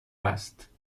است